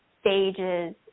stages